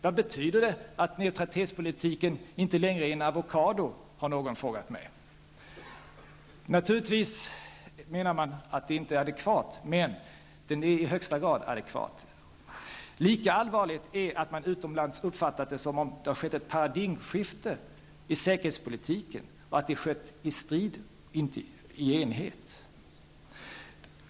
Vad betyder det att neutralitetspolitiken inte längre är en avokado, har någon frågat mig. Naturligtvis menar man att den inte är adekvat, men den är i högsta grad adekvat. Lika allvarligt är att man utomlands uppfattat det som om det skett ett paradigmskifte i säkerhetspolitiken och att det har skett i strid och inte i enighet.